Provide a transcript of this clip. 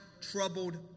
troubled